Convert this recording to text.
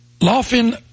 Laughing